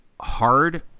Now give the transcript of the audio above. hard